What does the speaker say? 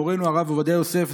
מורנו הרב עובדיה יוסף,